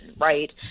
right